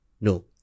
No